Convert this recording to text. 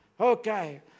okay